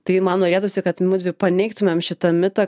tai man norėtųsi kad mudvi paneigtumėm šitą mitą